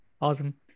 Awesome